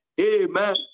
Amen